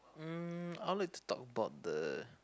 mm I would like to talk about the